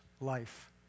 life